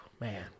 Man